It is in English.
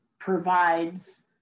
provides